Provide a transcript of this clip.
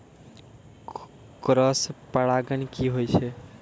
Cross परागण की होय छै?